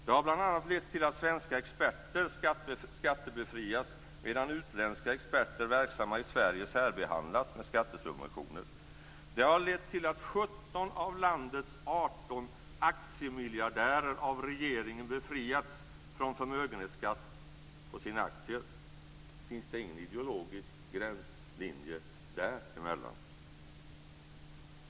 Det har bl.a. lett till att svenska experter skattebefrias medan utländska experter verksamma i Sverige särbehandlas med skattesubventioner. Det har lett till att 17 av landets 18 aktiemiljardärer av regeringen befriats från förmögenhetsskatt på sina aktier. Finns det ingen ideologisk gränslinje däremellan?